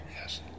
Yes